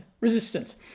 resistance